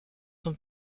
son